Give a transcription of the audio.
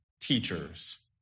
teachers